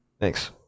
Thanks